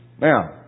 Now